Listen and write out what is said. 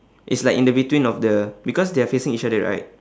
it's like in the between of the because they are facing each other right